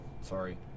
Sorry